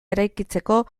eraikitzeko